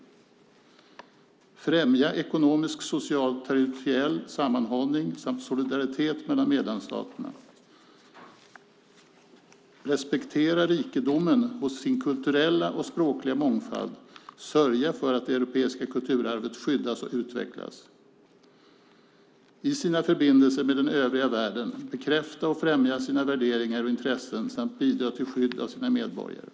Man ska främja ekonomisk, social och territoriell sammanhållning samt solidaritet mellan medlemsstaterna, respektera rikedomen hos sin kulturella och språkliga mångfald och sörja för att det europeiska kulturarvet skyddas och utvecklas. I sina förbindelser med den övriga världen ska man bekräfta och främja sina värderingar och intressen samt bidra till skydd av sina medborgare.